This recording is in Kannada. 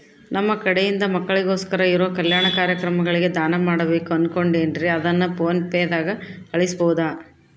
ನಮ್ಮ ಕಡೆಯಿಂದ ಮಕ್ಕಳಿಗೋಸ್ಕರ ಇರೋ ಕಲ್ಯಾಣ ಕಾರ್ಯಕ್ರಮಗಳಿಗೆ ದಾನ ಮಾಡಬೇಕು ಅನುಕೊಂಡಿನ್ರೇ ಅದನ್ನು ಪೋನ್ ಪೇ ದಾಗ ಕಳುಹಿಸಬಹುದಾ?